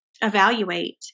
evaluate